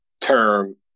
term